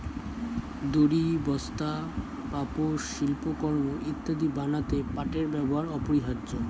দড়ি, বস্তা, পাপোশ, শিল্পকর্ম ইত্যাদি বানাতে পাটের ব্যবহার অপরিহার্য